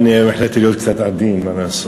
אני החלטתי להיות היום קצת עדין, מה לעשות.